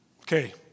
Okay